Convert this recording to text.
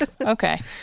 okay